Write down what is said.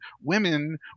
women